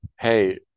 hey